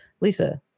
lisa